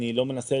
אני לא מנסה